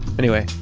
anyway,